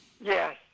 Yes